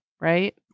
right